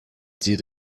did